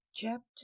Chapter